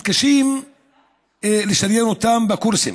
מתקשים לשריין אותם בקורסים,